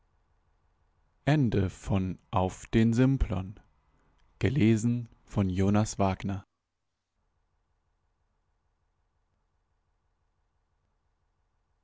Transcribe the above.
auf den wänden